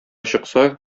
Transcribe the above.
чыкса